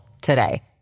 today